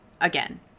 again